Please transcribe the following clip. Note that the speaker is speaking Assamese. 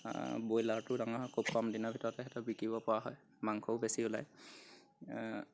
ব্ৰইলাৰটোও ডাঙৰ হয় খুব কম দিনৰ ভিতৰতে সেইটো বিকিব পৰা হয় মাংসও বেছি ওলায়